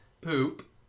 Poop